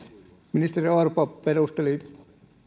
ministeri orpo perusteli